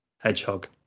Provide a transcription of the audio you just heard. Hedgehog